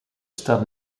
staan